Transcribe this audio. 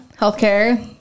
healthcare